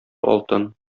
алтын